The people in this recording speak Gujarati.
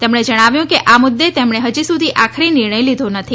તેમણે જણાવ્યું છે કે આ મુદ્દે તેમણે હજી સુધી આખરી નિર્ણય લીધો નથી